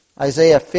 Isaiah